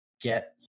get